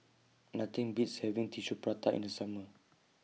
Nothing Beats having Tissue Prata in The Summer